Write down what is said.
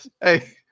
Hey